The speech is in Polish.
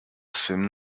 swym